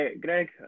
Greg